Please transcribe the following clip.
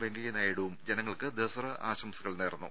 വെങ്കയ്യ നായി ഡുവും ജനങ്ങൾക്ക് ദസറ ആശംകൾ നേർന്നു